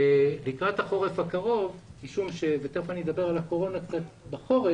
לקראת החורף הקרוב ותכף אני אדבר על הקורונה בחורף